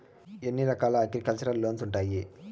ఎన్ని రకాల agriculture loans ఉండాయి